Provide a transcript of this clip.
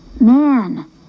Man